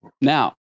Now